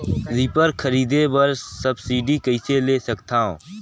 Reaper खरीदे बर subsidy कइसे ले सकथव?